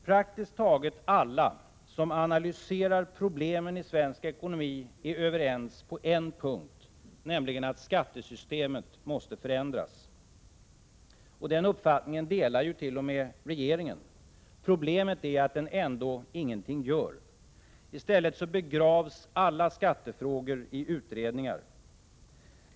Praktiskt taget alla som analyserar problemen i svensk ekonomi är överens på en punkt, nämligen att skattesystemet måste förändras. Den uppfattningen delar ju t.o.m. regeringen. Problemet är att den ändå ingenting gör. I stället begravs alla skattefrågor i utredningar.